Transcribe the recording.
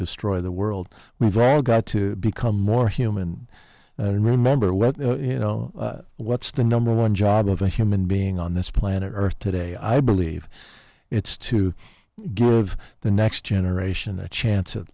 destroy the world we've got to become more human and remember well you know what's the number one job of a human being on this planet earth today i believe it's two of the next generation the chances of